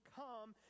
come